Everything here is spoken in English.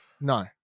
no